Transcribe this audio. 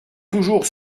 toujours